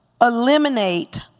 eliminate